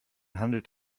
handelt